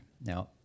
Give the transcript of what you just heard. Now